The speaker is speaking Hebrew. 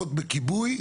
בכיבוי,